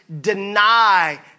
deny